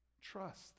trust